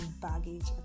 baggage